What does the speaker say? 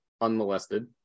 Unmolested